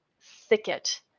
thicket